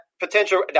potential